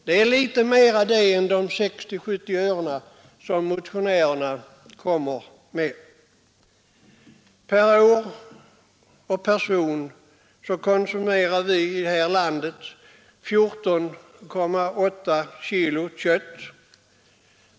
Det är ju litet mer än de 60—70 öre som motionärerna talar om. Per år och person konsumerar vi här i landet 14,8 kilo kött.